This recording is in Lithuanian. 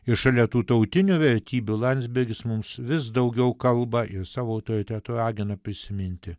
ir šalia tų tautinių vertybių landsbergis mums vis daugiau kalba ir savo autoritetu ragino prisiminti